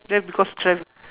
then because tra~